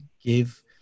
give